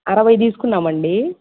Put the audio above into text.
అరవై తీసుకున్నాం అండి